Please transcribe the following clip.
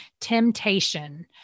temptation